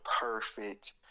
perfect